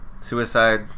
suicide